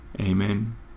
Amen